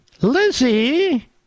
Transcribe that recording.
Lizzie